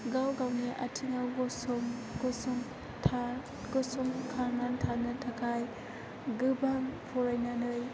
गाव गावनि आथिङाव गसंखानानै थानो थाखाय गोबां फरायनानै